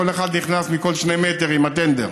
שכל אחד נכנס מכל שני מטר עם הטנדר.